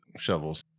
shovels